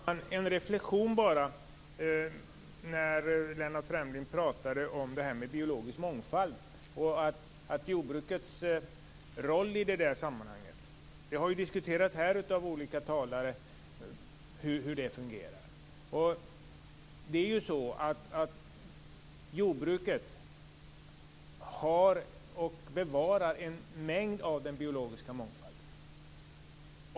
Herr talman! Bara en reflexion med anledning av Lennart Fremlings tal om biologisk mångfald. Olika talare har här diskuterat jordbrukets roll i det sammanhanget. Jordbruket bevarar en mängd av den biologiska mångfalden.